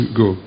go